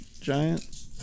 giant